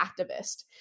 activist